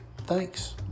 thanks